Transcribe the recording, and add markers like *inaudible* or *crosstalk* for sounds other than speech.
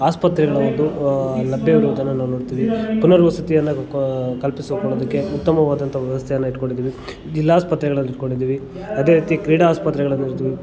ಆಸ್ಪತ್ರೆಗಳು ಒಂದು ಲಭ್ಯವಿರುವುದನ್ನು ನಾವು ನೋಡ್ತೀವಿ ಪುನರ್ವಸತಿಯನ್ನು ಕಲ್ಪಿಸಿಕೊಳೋದಕ್ಕೆ ಉತ್ತಮವಾದಂಥ ವ್ಯವಸ್ಥೆಯನ್ನು ಇಟ್ಕೊಂಡಿದ್ದೀವಿ ಜಿಲ್ಲಾಸ್ಪತ್ರೆಗಳನ್ನು ಇಟ್ಕೊಂಡಿದ್ದೀವಿ ಅದೇ ರೀತಿ ಕ್ರೀಡಾ ಆಸ್ಪತ್ರೆಗಳನ್ನ *unintelligible*